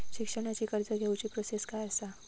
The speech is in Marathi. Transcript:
शिक्षणाची कर्ज घेऊची प्रोसेस काय असा?